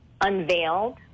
unveiled